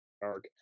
dark